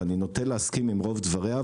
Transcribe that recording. ואני נוטה להסכים עם רוב דבריה,